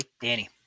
Danny